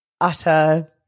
utter